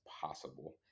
possible